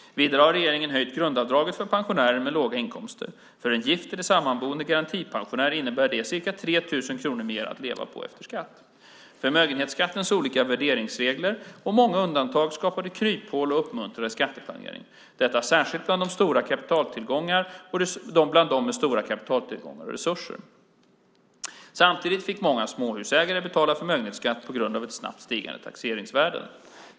Vidare har regeringen höjt grundavdraget för pensionärer med låga inkomster. För en gift eller sammanboende garantipensionär innebär det ca 3 000 kronor mer att leva på efter skatt. Förmögenhetsskattens olika värderingsregler och många undantag skapade kryphål och uppmuntrade till skatteplanering, detta särskilt bland dem med stora kapitaltillgångar och resurser. Samtidigt fick många småhusägare betala förmögenhetsskatt på grund av snabbt stigande taxeringsvärden.